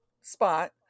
spot